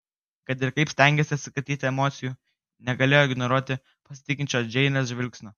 kad ir kaip stengėsi atsikratyti emocijų negalėjo ignoruoti pasitikinčio džeinės žvilgsnio